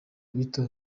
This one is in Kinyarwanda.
bito